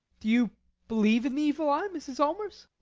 do you believe in the evil eye, mrs. allmers?